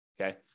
okay